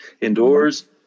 indoors